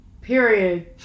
Period